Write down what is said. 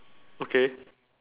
okay